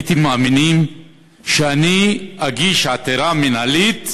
הייתם מאמינים שאני אגיש עתירה מינהלית